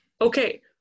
Okay